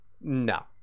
No